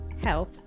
Health